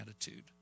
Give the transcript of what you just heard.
attitude